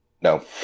No